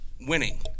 winning